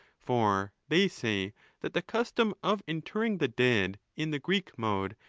for they say that the custom of interring the dead in the greek mode,